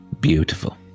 Beautiful